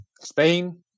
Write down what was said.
Spain